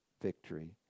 victory